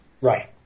Right